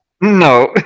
no